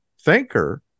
thinker